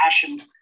passion